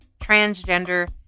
transgender